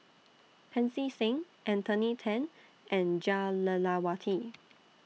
Pancy Seng Anthony Then and Jah Lelawati